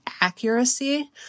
accuracy